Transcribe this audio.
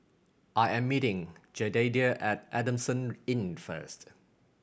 I am meeting Jedediah at Adamson Inn first